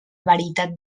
veritat